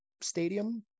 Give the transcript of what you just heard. Stadium